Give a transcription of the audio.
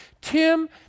Tim